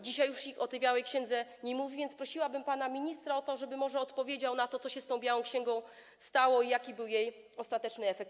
Dzisiaj już się o tej białej księdze nie mówi, więc prosiłabym pana ministra o to, żeby może odpowiedział na pytanie, co z tą białą księgą się stało i jaki był jej ostateczny efekt.